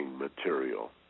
material